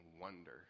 wonder